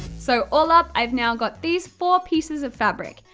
so, all up, i've now got these four pieces of fabric.